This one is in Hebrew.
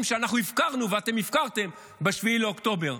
שאנחנו הפקרנו ואתם הפקרתם ב-7 באוקטובר.